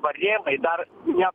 barjerai dar ne